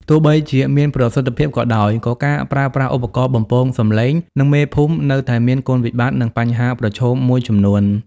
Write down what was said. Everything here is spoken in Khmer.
ទោះបីជាមានប្រសិទ្ធភាពក៏ដោយ ក៏ការប្រើប្រាស់ឧបករណ៍បំពងសំឡេង និងមេភូមិនៅតែមាន គុណវិបត្តិ និងបញ្ហាប្រឈម មួយចំនួន។